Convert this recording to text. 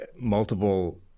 Multiple